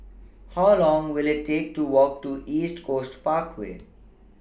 How Long Will IT Take to Walk to East Coast Parkway